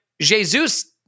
Jesus